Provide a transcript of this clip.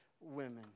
women